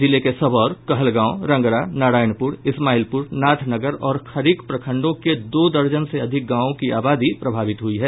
जिले के सबौर कहलगांव रंगरा नारायणपुर इस्माईलपुर नाथनगर और खरीक प्रखंडों के दो दर्जन से अधिक गावों की आबादी प्रभावित हुई है